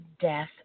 Death